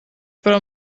para